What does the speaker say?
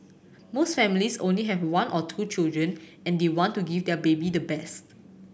most families only have one or two children and they want to give their baby the best